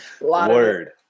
Word